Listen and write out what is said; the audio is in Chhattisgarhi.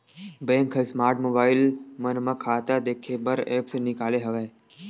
बेंक ह स्मार्ट मोबईल मन म खाता देखे बर ऐप्स निकाले हवय